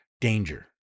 danger